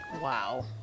Wow